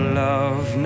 love